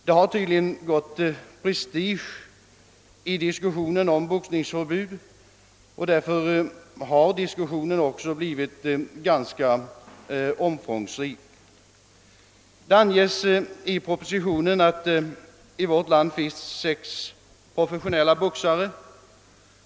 Det har tydligen gått prestige i diskussionen om boxningsförbud, och därför har diskussionen också blivit ganska omfångsrik. Det anges i propositionen att det i vårt land finns sex professionella boxare.